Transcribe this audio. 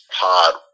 pod